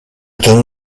ging